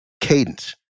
Cadence